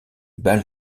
bal